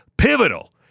pivotal